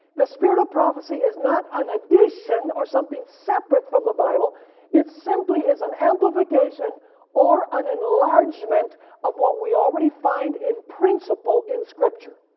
the spirit of prophecy is not an addition or something separate from the bible it simply is an amplification or an enlargement of what we already find in principle in scripture.